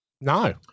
No